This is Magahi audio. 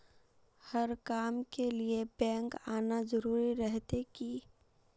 हर काम के लिए बैंक आना जरूरी रहते की?